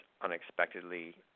unexpectedly